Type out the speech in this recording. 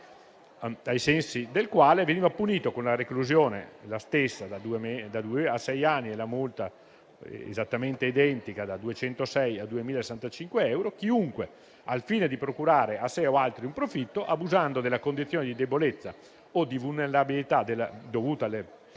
ai sensi del quale veniva punito con la stessa reclusione, da due a sei anni, e con la multa esattamente identica, da 206 a 2.065 euro, chiunque, al fine di procurare a sé o altri un profitto, abusando della condizione di debolezza o di vulnerabilità dovuta all'età